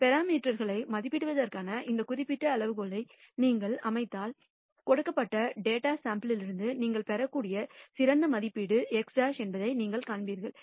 பராமீட்டர்களை மதிப்பிடுவதற்கான இந்த குறிப்பிட்ட அளவுகோலை நீங்கள் அமைத்தால் கொடுக்கப்பட்ட டேட்டா சாம்பிள் லிருந்து நீங்கள் பெறக்கூடிய சிறந்த மதிப்பீடு x̅ என்பதை நீங்கள் காண்பீர்கள்